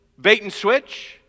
bait-and-switch